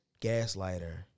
gaslighter